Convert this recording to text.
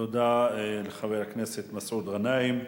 תודה לחבר הכנסת מסעוד גנאים.